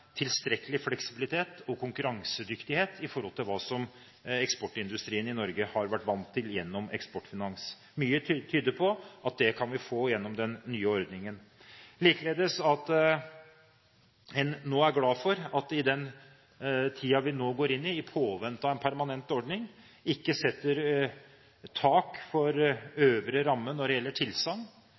tilstrekkelig fleksibilitet og konkurransedyktighet i forhold til hva eksportindustrien i Norge har vært vant til gjennom Eksportfinans. Mye tyder på at det kan vi få gjennom den nye ordningen. Likeledes er en nå glad for at en i den tiden vi nå går inn i, i påvente av en permanent ordning, ikke setter tak for øvre ramme når det gjelder